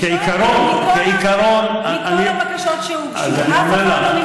מכל הבקשות שהוגשו אף אחת לא נמצאה ראויה?